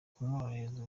kumwoherereza